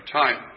time